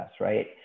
right